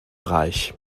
reich